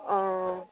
অঁ